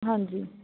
ਹਾਂਜੀ